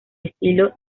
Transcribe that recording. estilo